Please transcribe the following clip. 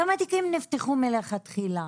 כמה תיקים נפתחו מלכתחילה?